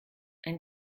ein